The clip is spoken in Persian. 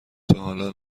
تاحالا